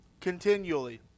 continually